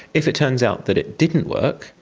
if it turns out that it didn't work,